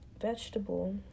vegetable